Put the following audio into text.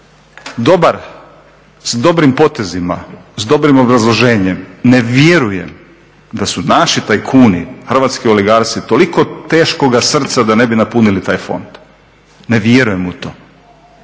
fond. S dobrim potezima, s dobrim obrazloženjem ne vjerujem da su naši tajkuni, hrvatski oligarsi toliko teškoga srca da ne bi napunili taj fond, ne vjerujem u to.